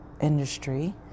industry